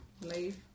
leave